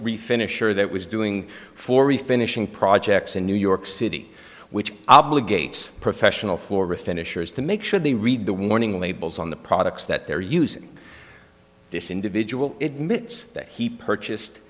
refinisher that was doing for refinishing projects in new york city which obligates professional flora finishers to make sure they read the warning labels on the products that they're using this individual it mitts that he purchased